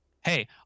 Hey